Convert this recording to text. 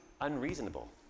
unreasonable